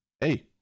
hey